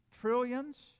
Trillions